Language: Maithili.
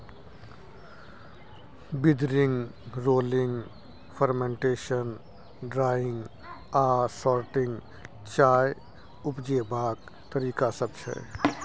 बिदरिंग, रोलिंग, फर्मेंटेशन, ड्राइंग आ सोर्टिंग चाय उपजेबाक तरीका सब छै